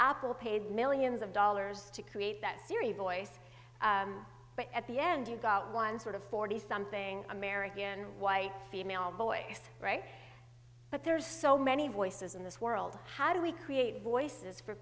apple paid millions of dollars to create that siri voice but at the end you got one sort of forty something american white female voice right but there's so many voices in this world how do we create voices for